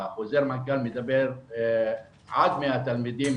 חוזר מנכ"ל מדבר עד 100 תלמידים.